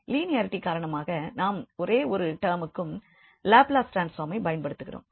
linearity காரணமாக நாம் ஒரு ஒரு டேர்ம்க்கும் லாப்லஸ் ட்ரான்ஸ்ஃபார்மைப் பயன்படுத்துகிறோம்